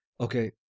Okay